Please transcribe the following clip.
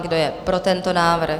Kdo je pro tento návrh?